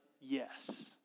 yes